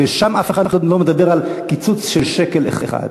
ושם אף אחד עוד לא מדבר על קיצוץ של שקל אחד.